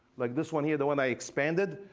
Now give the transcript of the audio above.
like this one here, the one i expanded,